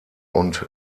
und